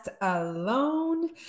alone